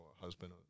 husband